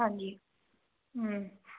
ਹਾਂਜੀ